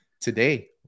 today